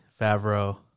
Favreau